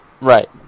Right